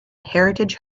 heritage